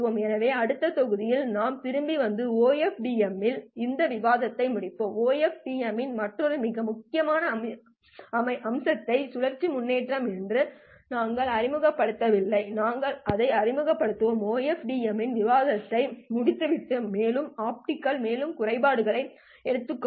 எனவே அடுத்த தொகுதி நாம் திரும்பி வந்து OFDM இல் இந்த விவாதத்தை முடிப்போம் OFDM இன் மற்றொரு மிக முக்கியமான அம்சத்தை சுழற்சி முன்னொட்டு என்று நாங்கள் அறிமுகப்படுத்தவில்லை நாங்கள் அதை அறிமுகப்படுத்துவோம் OFDM இன் விவாதத்தை முடித்துவிட்டு மேலும் ஆப்டிகல் மேலும் குறைபாடுகளை எடுத்துக்கொள்வோம்